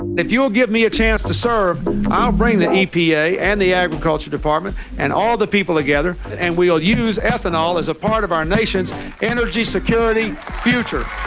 if you'll give me a chance to serve, i'll ah bring the epa and the agriculture department and all the people together and we'll use ethanol as a part of our nation's energy security future!